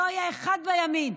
לא היה אחד בימין,